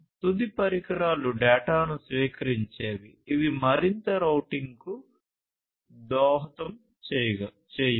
తుది పరికరాలు డేటాను స్వీకరించేవి ఇవి మరింత రౌటింగ్కు దోహదం చేయవు